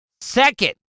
second